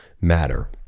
matter